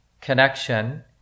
connection